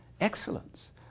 excellence